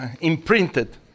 imprinted